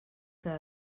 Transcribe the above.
que